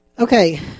Okay